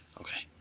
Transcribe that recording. okay